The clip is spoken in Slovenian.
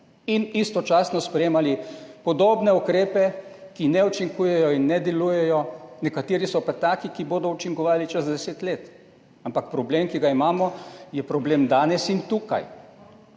Istočasno ste sprejemali podobne ukrepe, ki ne učinkujejo in ne delujejo, nekateri so pa taki, ki bodo učinkovali čez deset let. Problem, ki ga imamo, je problem danes in tukaj.